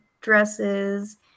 dresses